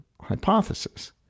hypothesis